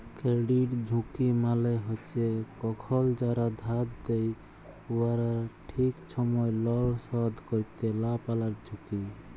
credit ঝুঁকি মালে হছে কখল যারা ধার লেয় উয়ারা ঠিক ছময় লল শধ ক্যইরতে লা পারার ঝুঁকি